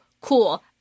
Cool